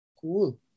Cool